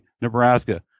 Nebraska